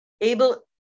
able